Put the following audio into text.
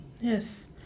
Yes